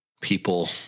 people